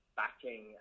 backing